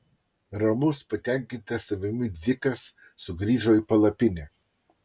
ramus patenkintas savimi dzikas sugrįžo į palapinę